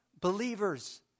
believers